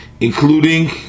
including